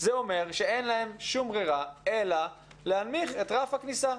זה אומר שאין להם שום ברירה אלא להנמיך את רף הכניסה.